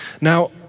Now